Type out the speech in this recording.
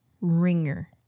ringer